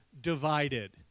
divided